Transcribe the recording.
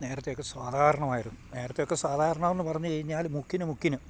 നേരത്തെയൊക്കെ സാധാരണമായിരുന്നു നേരത്തെയൊക്കെ സാധാരണമെന്നു പറഞ്ഞ് കഴിഞ്ഞാൽ മുക്കിന് മുക്കിന്